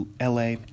LA